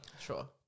Sure